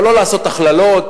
אבל לא לעשות הכללות,